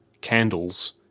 candles